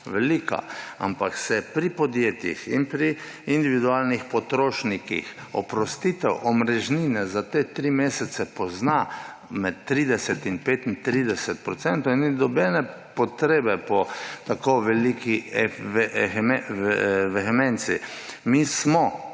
velika, ampak se pri podjetjih in pri individualnih potrošnikih oprostitev omrežnine za te tri mesece pozna za med 30 in 35 % in ni nobene potrebe po tako veliki vehemenci. Mi smo